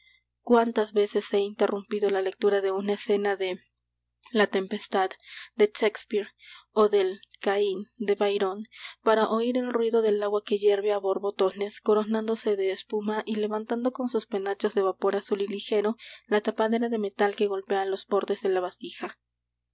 cuántas veces he interrumpido la lectura de una escena de la tempestad de shakespeare ó del caín de byron para oir el ruido del agua que hierve á borbotones coronándose de espuma y levantando con sus penachos de vapor azul y ligero la tapadera de metal que golpea los bordes de la vasija